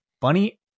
Bunny